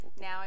now